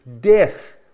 Death